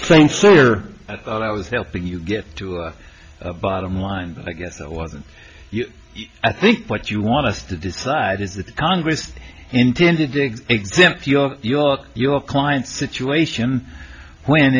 here i thought i was helping you get to a bottom line i guess that wasn't i think what you want us to decide is that congress intended to exempt your your your client situation when